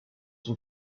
son